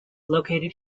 located